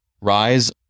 Rise